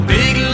big